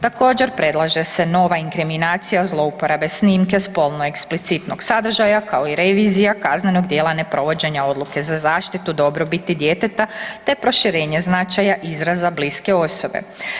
Također, predlaže se nova inkriminacija zlouporabe snimke spolno eksplicitnog sadržaja, kao i revizija kaznenog djela neprovođenja odluke za zaštitu dobrobiti djeteta te proširenje značaja izraza bliske osobe.